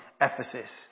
Ephesus